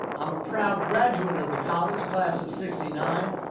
i'm a proud graduate of the college class of sixty nine,